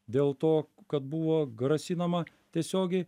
dėl to kad buvo grasinama tiesiogiai